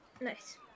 Nice